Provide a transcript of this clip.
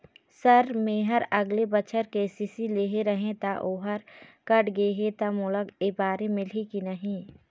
Sir मेहर अगले बछर के.सी.सी लेहे रहें ता ओहर कट गे हे ता मोला एबारी मिलही की नहीं?